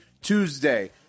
Tuesday